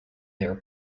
their